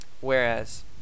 whereas